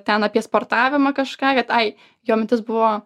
ten apie sportavimą kažką kad ai jo mintis buvo